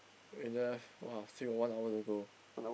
we left !wah! still got one hour to go